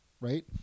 right